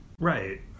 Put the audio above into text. right